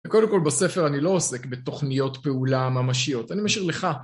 וקודם כל בספר אני לא עוסק בתוכניות פעולה ממשיות, אני משאיר לך.